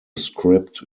script